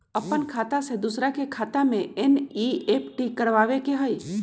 अपन खाते से दूसरा के खाता में एन.ई.एफ.टी करवावे के हई?